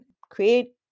create